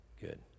Good